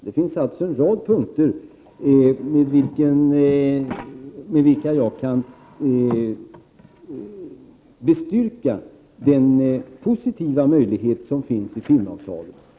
Det finns alltså en rad punkter med vilka jag kan bestyrka den positiva möjlighet som finns i filmavtalet.